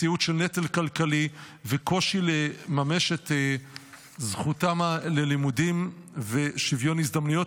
מציאות של נטל כלכלי וקושי לממש את זכותם ללימודים ולשוויון הזדמנויות.